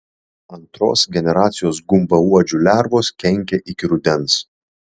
antros generacijos gumbauodžių lervos kenkia iki rudens